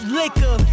liquor